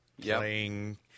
playing